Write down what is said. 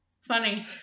Funny